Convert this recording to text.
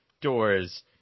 doors